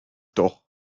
doch